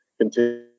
continue